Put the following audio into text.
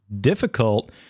difficult